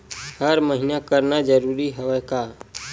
हर महीना करना जरूरी हवय का?